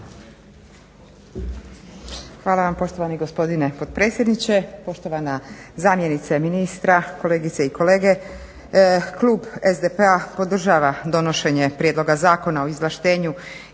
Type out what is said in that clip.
Hvala vam poštovani gospodine potpredsjedniče, poštovana zamjenice ministra, kolegice i kolege. Klub SDP-a podržava donošenje Prijedloga zakona o izvlaštenju